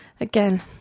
Again